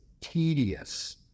tedious